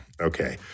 Okay